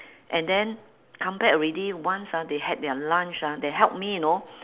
and then come back already once ah they had their lunch ah they help me know